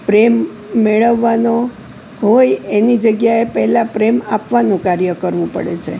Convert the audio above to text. પ્રેમ મેળવવાનો હોય એની જગ્યાએ પહેલાં પ્રેમ આપવાનું કાર્ય કરવું પડે છે